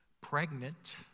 pregnant